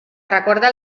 recorda